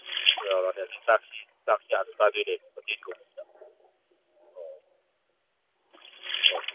ꯑ ꯑꯗꯨꯅꯤ ꯆꯥꯛꯁꯤ ꯆꯥꯛꯁꯤ ꯑꯥꯗ ꯆꯥꯗꯣꯏꯅꯤꯕ ꯍꯣꯇꯦꯜꯒꯨꯝꯕ ꯑꯃꯗ ꯑꯣ ꯍꯣꯏ ꯍꯣꯏ